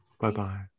Bye-bye